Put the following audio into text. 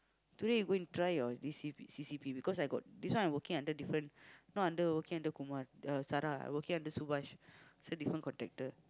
today you go and try your this C_P C_C_P because I got this one I working under different not under working under Kumar uh Sara I working under Subash so different contractor